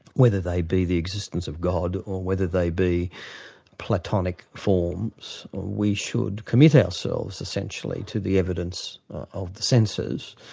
whether they be the existence of god, or whether they be platonic forms, we should commit ourselves essentially, to the evidence of the senses,